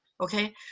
okay